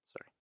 Sorry